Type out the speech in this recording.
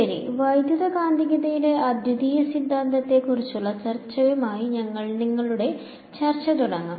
ശരി വൈദ്യുതകാന്തികതയിലെ അദ്വിതീയ സിദ്ധാന്തത്തെ കുറിച്ചുള്ള ചർച്ചയുമായി ഞങ്ങൾ ഞങ്ങളുടെ ചർച്ച തുടരും